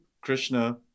Krishna